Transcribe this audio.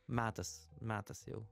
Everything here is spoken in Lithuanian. metas metas jau